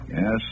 Yes